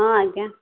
ହଁ ଆଜ୍ଞା